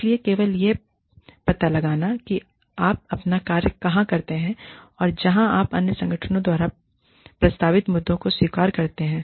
इसलिए केवल यह पता लगाना कि आप अपना कार्य कहां करते हैं और जहां आप अन्य संगठनों द्वारा प्रस्तावित मुद्दों को स्वीकार करते हैं